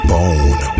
Bone